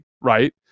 right